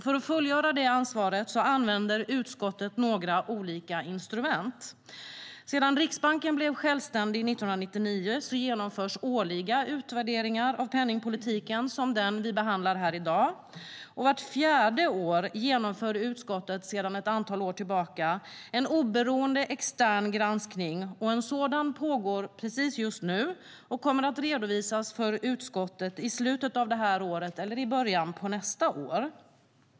För att fullgöra det ansvaret använder utskottet några olika instrument: Sedan Riksbanken blev självständig 1999 genomförs årliga utvärderingar av penningpolitiken, som den vi behandlar här i dag. Vart fjärde år genomför utskottet sedan ett antal år tillbaka en oberoende, extern granskning. En sådan pågår precis just nu och kommer att redovisas för utskottet i slutet av detta år eller i början av nästa år.